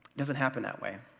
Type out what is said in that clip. doesn't happen that way.